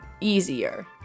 easier